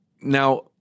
Now